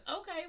okay